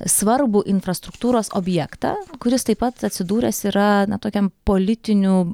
svarbų infrastruktūros objektą kuris taip pat atsidūręs yra na tokiam politinių